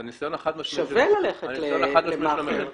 שווה ללכת למאכער.